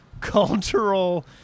cultural